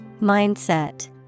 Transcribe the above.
Mindset